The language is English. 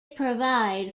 provide